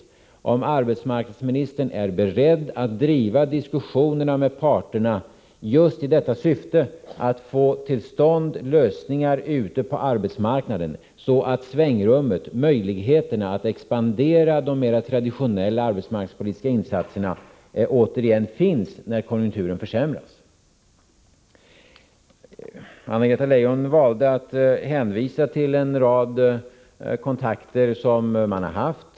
Frågan är om arbetsmarknadsministern är beredd att driva på diskussionerna med parterna just i syfte att få till stånd lösningar ute på arbetsmarknaden så att svängrummet, möjligheterna att expandera de mera traditionella arbetsmarknadspolitiska insatserna, återigen finns när konjunkturen försämras. Anna-Greta Leijon valde att hänvisa till en rad kontakter som hon har haft.